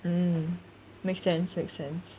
mm make sense make sense